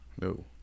no